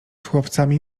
chłopcami